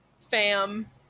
fam